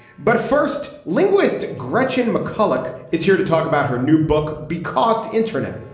but first linguist gretchen mcculloch is here to talk about her new book because internet.